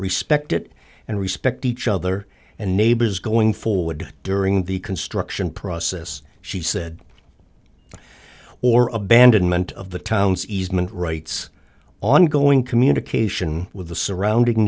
respect it and respect each other and neighbors going forward during the construction process she said or abandonment of the town's easement rights ongoing communication with the surrounding